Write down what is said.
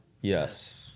Yes